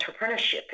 entrepreneurship